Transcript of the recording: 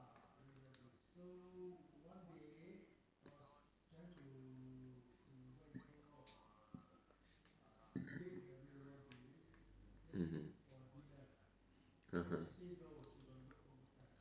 mmhmm (uh huh)